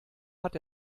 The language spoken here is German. hat